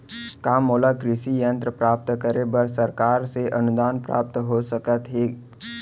का मोला कृषि यंत्र प्राप्त करे बर सरकार से अनुदान प्राप्त हो सकत हे?